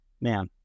man